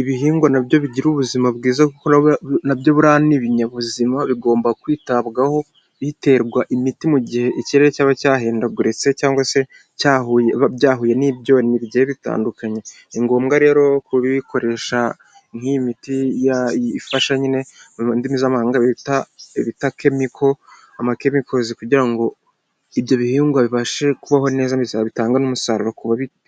Ibihingwa nabyo mu kubibungabunga kugira ngo bigire ubuzima bwiza nabyo nk'ibinyabuzima bigomba kwitabwaho biterwa imiti mu gihe ikirere cyaba cyahindaguritse cyangwa se cyahuye byahuye n'ibyo ntigiye bitandukanye ni ngombwa rero kubikoresha nk'iyi miti ifasha nyine mu ndimi z'amahanga bita ibitakemiko amakemikozi kugira ngo ibyo bihingwa bibashe kubaho neza biza bitanga umusaruro